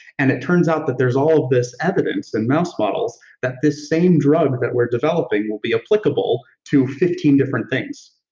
and it turns out that there's all of this evidence in mouse models that this same drug that we're developing will be applicable to fifteen different things.